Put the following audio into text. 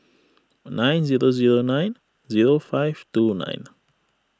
nine zero zero nine zero five two nine